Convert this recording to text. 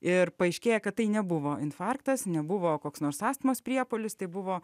ir paaiškėja kad tai nebuvo infarktas nebuvo koks nors astmos priepuolis tai buvo